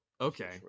Okay